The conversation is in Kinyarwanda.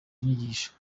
inyigisho